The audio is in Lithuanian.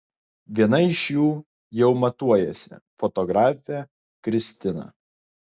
vieną iš jų jau matuojasi fotografė kristina